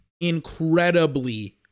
incredibly